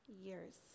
years